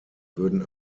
würden